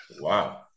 Wow